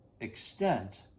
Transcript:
extent